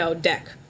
deck